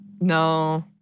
No